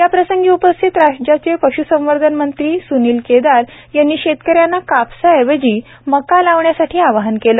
याप्रसंगी उपस्थित राज्याचे पश्संवर्धन मंत्री के सुनील केदार यांनी शेतकऱ्यांना कापसा ऐवजी मका लावण्यासाठी आवाहन केल